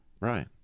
right